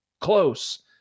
close